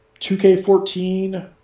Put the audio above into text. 2K14